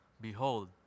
Behold